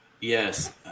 Yes